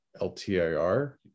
LTIR